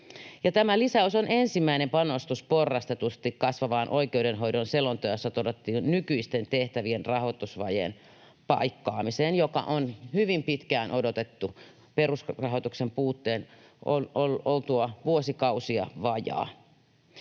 Tämä lisäys on ensimmäinen panostus porrastetusti kasvavaan, oikeudenhoidon selonteossa todettuun nykyisten tehtävien rahoitusvajeen paikkaamiseen, jota on hyvin pitkään odotettu perusrahoituksen oltua vuosikausia vajaa.